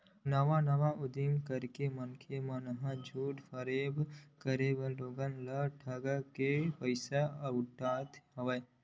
नवा नवा उदीम करके मनखे मन ह झूठ फरेब करके लोगन ल ठंग करके पइसा अइठत हवय